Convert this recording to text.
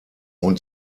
und